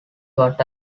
what